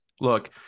Look